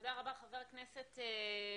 תודה רבה, חבר הכנסת לוי.